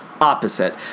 opposite